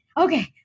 okay